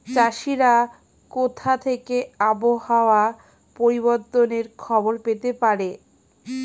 চাষিরা কোথা থেকে আবহাওয়া পরিবর্তনের খবর পেতে পারে?